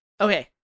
Okay